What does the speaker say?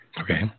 Okay